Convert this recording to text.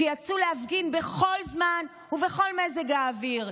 שיצאו להפגין בכל זמן ובכל מזג אוויר,